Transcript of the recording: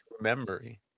memory